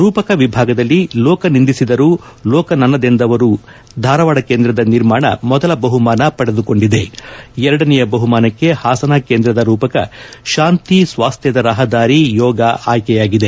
ರೂಪಕ ವಿಭಾಗದಲ್ಲಿ ಲೋಕನಿಂದಿಸಿದರು ಲೋಕ ನನ್ನದೆಂದವರು ಧಾರವಾಡ ಕೇಂದ್ರದ ನಿರ್ಮಾಣ ಮೊದಲ ಬಹುಮಾನ ಪಡೆದುಕೊಂಡಿದೆ ಎರಡನೆಯ ಬಹುಮಾನಕ್ಕೆ ಹಾಸನ ಕೇಂದ್ರದ ರೂಪಕ ಶಾಂತಿ ಸ್ವಾಸ್ಟ್ವದ ರಹದಾರಿ ಯೋಗ ಆಯ್ಲೆಯಾಗಿದೆ